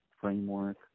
framework